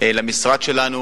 למשרד שלנו.